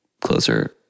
closer